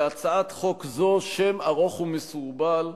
להצעת חוק זו שם ארוך ומסורבל,